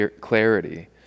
clarity